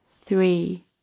three